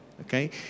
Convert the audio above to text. okay